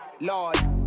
Lord